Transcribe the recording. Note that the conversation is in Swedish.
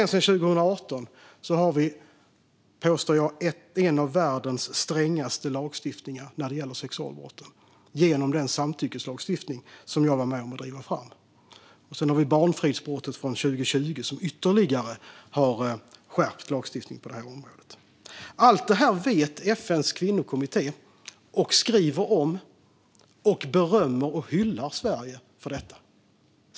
Sedan 2018 har vi, påstår jag, en av världens strängaste lagstiftningar när det gäller sexualbrott genom den samtyckeslagstiftning som jag var med om att driva fram. Sedan har vi barnfridsbrottet från 2020, som ytterligare har skärpt lagstiftningen på området. Allt det här vet FN:s kvinnokommitté. De skriver om det, och de berömmer och hyllar Sverige för detta.